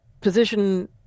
position